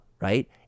right